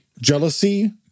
Jealousy